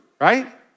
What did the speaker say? right